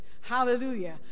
Hallelujah